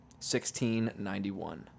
1691